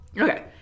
okay